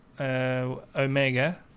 Omega